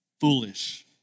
foolish